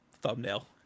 Thumbnail